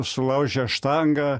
sulaužė štangą